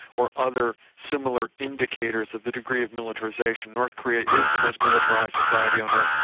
or other similar indicators of the degree of militarisation, north korea is the most militarised society on earth.